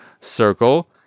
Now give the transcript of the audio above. circle